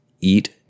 Eat